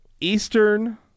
eastern